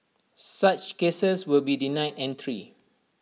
such cases will be denied entry